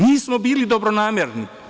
Mi smo bili dobronamerni.